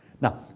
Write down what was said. Now